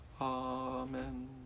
Amen